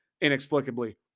inexplicably